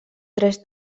tres